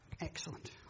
Excellent